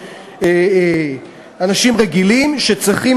הם אנשים רגילים שצריכים,